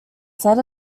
set